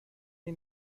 این